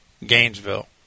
Gainesville